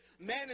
manage